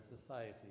society